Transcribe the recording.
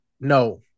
No